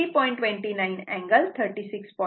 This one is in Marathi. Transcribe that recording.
29 अँगल 36